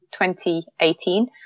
2018